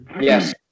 Yes